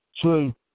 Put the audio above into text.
True